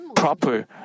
Proper